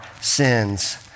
sins